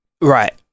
right